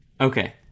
Okay